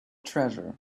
treasure